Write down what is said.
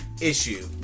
issue